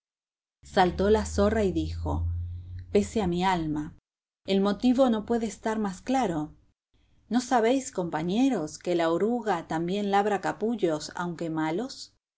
saltó la zorra y dijo pese a mi alma el motivo no puede estar más claro no sabéis compañeros que la oruga también labra capullos aunque malos